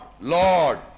Lord